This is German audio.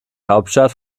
hauptstadt